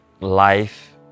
life